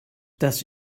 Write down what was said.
das